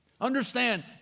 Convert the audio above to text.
Understand